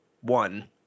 one